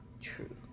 true